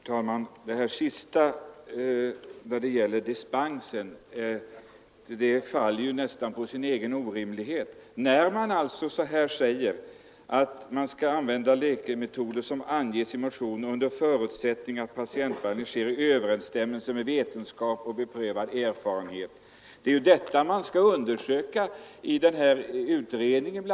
Herr talman! Det som sades nu senast om dispens faller på sin egen orimlighet. Utskottet säger att ”varje läkare är oförhindrad att använda sådana läkemetoder som anges i motionen under förutsättning att patientbehandlingen sker i överensstämmelse med vetenskap och beprövad erfarenhet”. Det är bl.a. detta som skall undersökas i utredningen.